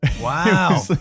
Wow